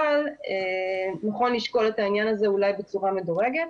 אבל נכון לשקול את העניין הזה אולי בצורה מדורגת.